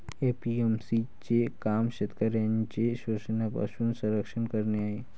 APMC चे काम शेतकऱ्यांचे शोषणापासून संरक्षण करणे आहे